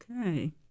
Okay